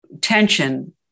tension